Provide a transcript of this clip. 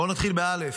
בואו נתחיל ב-א',